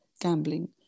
gambling